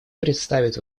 представит